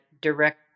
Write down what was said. direct